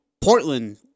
Portland